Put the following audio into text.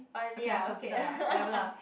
oh really ah okay